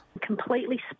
Completely